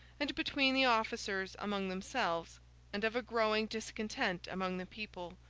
and between the officers among themselves and of a growing discontent among the people,